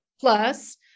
plus